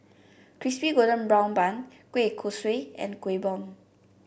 Crispy Golden Brown Bun Kueh Kosui and Kueh Bom